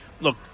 Look